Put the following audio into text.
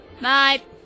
Night